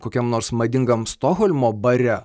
kokiam nors madingam stokholmo bare